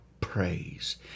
praise